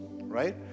right